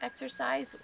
exercise